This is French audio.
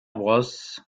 bros